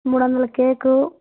మూడు వందల కేకు